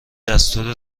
دستور